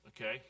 okay